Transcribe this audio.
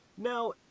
Now